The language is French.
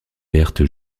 berthe